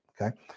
okay